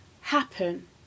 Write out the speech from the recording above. happen